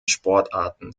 sportarten